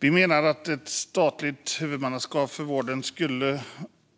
Vi menar att ett statligt huvudmannaskap för vården skulle